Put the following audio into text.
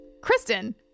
Kristen